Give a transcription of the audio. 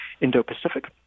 Indo-Pacific